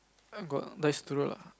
I got less through